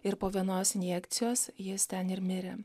ir po vienos injekcijos jis ten ir mirė